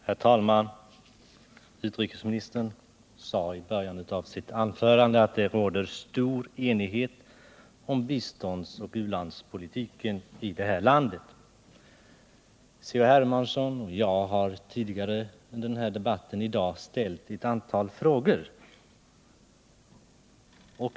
Herr talman! Utrikesministern sade i början av sitt anförande att det råder stor enighet om biståndsoch u-landspolitiken i det här landet. Carl-Henrik Hermansson och jag har tidigare under dagens debatt ställt ett antal frågor.